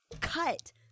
cut